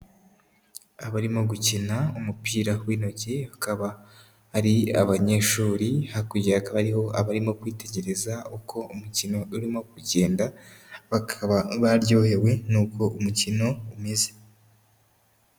Abarimo gukina umupira w'intoki bakaba ari abanyeshuri, hakurya hakaba hariho abarimo kwitegereza uko umukino urimo kugenda, bakaba baryohewe nuko umukino umeze.